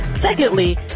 Secondly